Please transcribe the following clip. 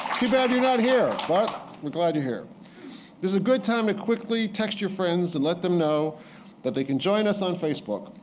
too bad you're not here, but we're glad you're here. this is a good time to quickly text your friends and let them know that they can join us on facebook.